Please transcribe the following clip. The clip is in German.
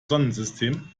sonnensystem